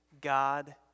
God